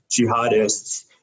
jihadists